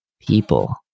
People